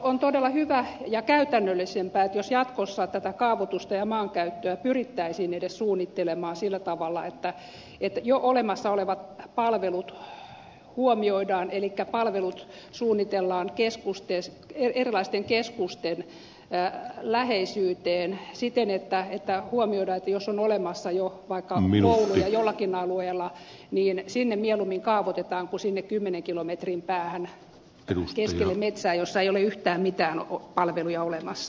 olisi todella hyvä ja käytännöllisempää jos jatkossa tätä kaavoitusta ja maankäyttöä pyrittäisiin edes suunnittelemaan sillä tavalla että jo olemassa olevat palvelut huomioidaan elikkä palvelut suunnitellaan erilaisten keskusten läheisyyteen siten että huomioidaan että jos on jo olemassa vaikka kouluja jollakin alueella niin sinne mieluummin kaavoitetaan kuin sinne kymmenen kilometrin päähän keskelle metsää jossa ei ole yhtään mitään palveluja olemassa